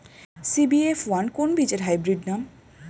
CBF one কোন বীজের hybrid নাম?